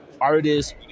Artists